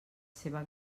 seva